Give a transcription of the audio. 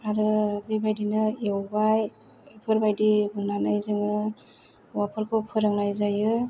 आरो बेबायदिनो एवबाय बेफोरबादि बुंनानै जोङो हौवाफोरखौ फोरोंनाय जायो